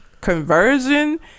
conversion